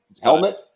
Helmet